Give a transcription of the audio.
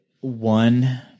one